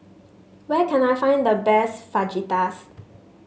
where can I find the best Fajitas